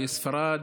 בספרד,